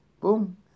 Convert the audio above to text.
Boom